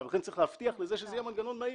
ולכן צריך להבטיח שזה יהיה מנגנון מהיר.